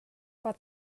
but